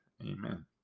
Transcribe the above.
Amen